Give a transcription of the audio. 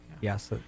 Yes